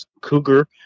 Cougar